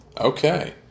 Okay